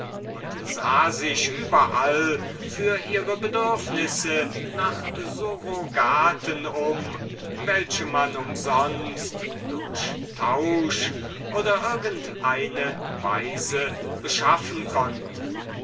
und sah sich überall für ihre bedürfnisse nach surrogaten um welche man umsonst durch tausch oder irgendeine weise beischaffen konnte